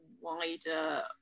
wider